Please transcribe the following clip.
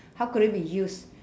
how could it be used